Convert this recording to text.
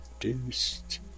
produced